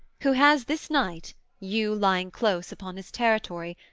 who has this night, you lying close upon his territory,